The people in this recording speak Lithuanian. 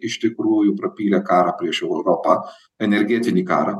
iš tikrųjų prapylė karą prieš europą energetinį karą